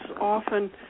often